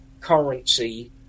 currency